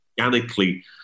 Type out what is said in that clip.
organically